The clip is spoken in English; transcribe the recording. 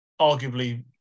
arguably